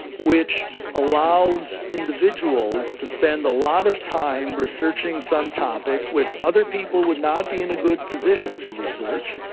which allows individuals to spend a lot of time researching some topic which other people would not be in a good position to research.